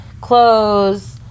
clothes